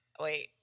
Wait